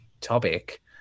topic